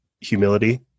humility